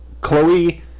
Chloe